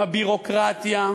עם הביורוקרטיה,